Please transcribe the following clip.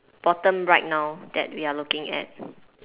bottom right now that we are looking at